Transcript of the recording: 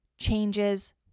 Changes